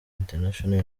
international